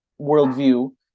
worldview